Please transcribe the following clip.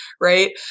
right